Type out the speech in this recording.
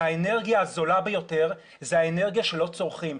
שהאנרגיה הזולה ביותר היא האנרגיה שלא צורכים.